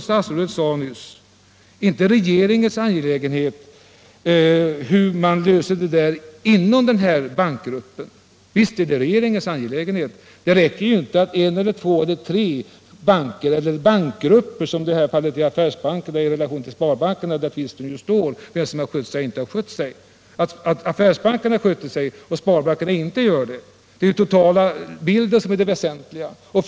Statsrådet sade nyss att det inte är regeringens angelägenhet hur de olika bankgrupperna arbetar. Jo, visst är det regeringens angelägenhet. Det räcker inte att en, två eller tre banker eller bankgrupper agerar — i det här fallet affärsbanker eller sparbanker, som tvistar om vem som skött sig eller inte skött sig. 47 Affärsbankerna skulle ha skött sig och sparbankerna inte, men det är den totala bilden som är den väsentliga.